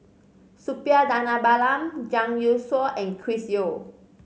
Suppiah Dhanabalan Zhang Youshuo and Chris Yeo